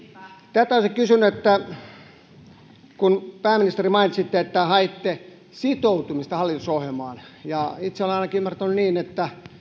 tätä olisin kysynyt kun pääministeri mainitsitte että haitte sitoutumista hallitusohjelmaan itse olen ainakin ymmärtänyt niin että